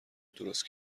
درست